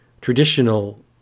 traditional